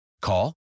Call